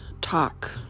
talk